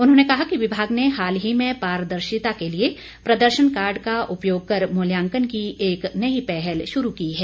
उन्होंने कहा कि विभाग ने हाल ही में पारदर्शिता के लिए प्रदर्शन कार्ड का उपयोग कर मूल्यांकन की एक नई पहल शुरू की है